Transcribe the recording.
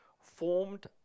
formed